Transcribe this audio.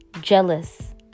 jealous